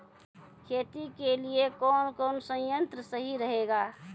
खेती के लिए कौन कौन संयंत्र सही रहेगा?